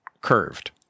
curved